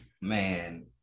man